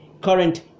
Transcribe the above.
current